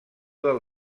del